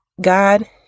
God